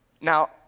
now